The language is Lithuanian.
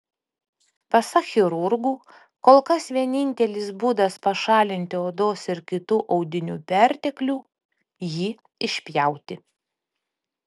pasak chirurgų kol kas vienintelis būdas pašalinti odos ir kitų audinių perteklių jį išpjauti